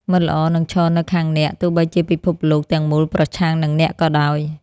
មិត្តល្អនឹងឈរនៅខាងអ្នក ទោះបីជាពិភពលោកទាំងមូលប្រឆាំងនឹងអ្នកក៏ដោយ។